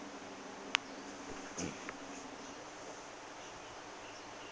mm